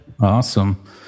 Awesome